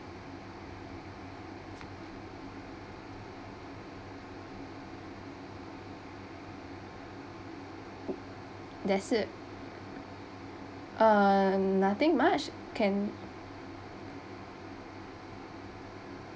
that's it uh nothing much can